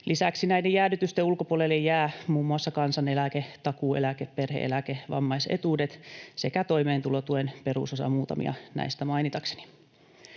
Lisäksi näiden jäädytysten ulkopuolelle jäävät muun muassa kansaneläke, takuueläke, perhe-eläke, vammaisetuudet sekä toimeentulotuen perusosa, muutamia näistä mainitakseni.